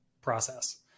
process